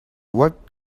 what